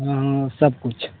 हाँ हाँ सब कुछ